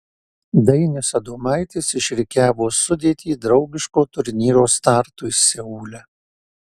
dainius adomaitis išrikiavo sudėtį draugiško turnyro startui seule